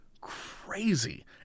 crazy